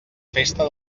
festa